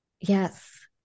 yes